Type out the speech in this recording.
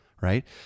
Right